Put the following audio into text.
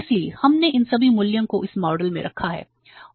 इसलिए हमने इन सभी मूल्यों को इस मॉडल में रखा है